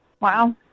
Wow